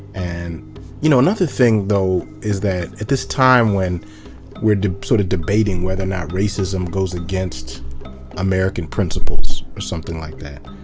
and you know, another thing, though, is that at this time when we're sort of debating whether or not racism goes against american principles, or something like that,